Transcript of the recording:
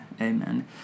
amen